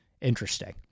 Interesting